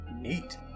Neat